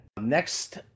next